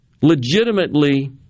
legitimately